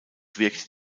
wirkte